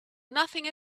nothing